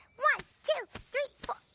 one, two, three, four.